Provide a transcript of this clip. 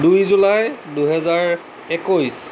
দুই জুলাই দুহেজাৰ একৈছ